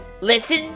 Listen